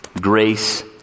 grace